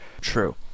True